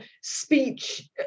speech